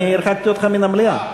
אני הרחקתי אותך מן המליאה.